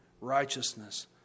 righteousness